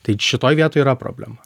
tai šitoj vietoj yra problema